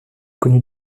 connu